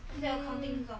hmm